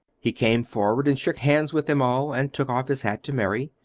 he came forward and shook hands with them all, and took off his hat to mary.